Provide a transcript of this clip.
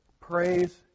Praise